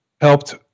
helped